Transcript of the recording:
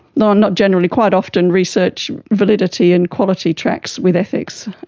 not not generally, quite often research validity and quality tracks with ethics.